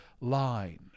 line